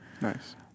Nice